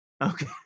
Okay